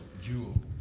jewel